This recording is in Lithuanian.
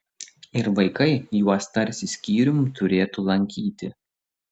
ir vaikai juos tarsi skyrium turėtų lankyti